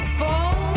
fall